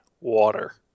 water